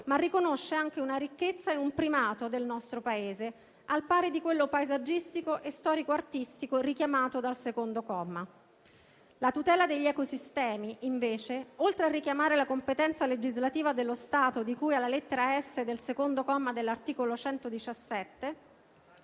ma riconosce anche una ricchezza e un primato del nostro Paese, al pari di quello paesaggistico e storico-artistico richiamato dal secondo comma. La tutela degli ecosistemi, invece, oltre a richiamare la competenza legislativa dello Stato, di cui alla lettera *s)* del secondo comma dell'articolo 117,